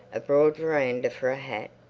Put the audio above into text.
a broad veranda for a hat,